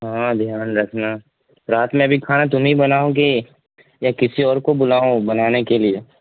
ہاں دھیان رکھنا رات میں ابھی کھانا تمہیں بناؤ گی یا کسی اور کو بلاؤں بنانے کے لیے